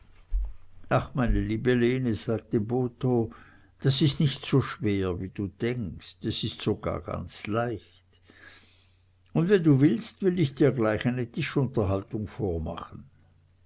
ach meine liebe lene sagte botho das ist nicht so schwer wie du denkst es ist sogar ganz leicht und wenn du willst will ich dir gleich eine tischunterhaltung vormachen